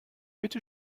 bitte